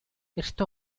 esto